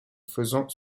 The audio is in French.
faisant